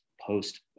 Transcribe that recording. post